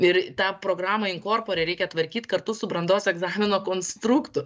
ir tą programą inkorpore reikia tvarkyt kartu su brandos egzamino konstruktu